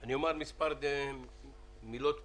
אני אומר מספר מילות פתיחה.